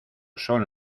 son